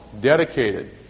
dedicated